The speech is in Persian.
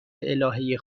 الهه